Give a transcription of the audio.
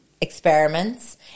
experiments